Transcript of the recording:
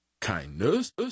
kindness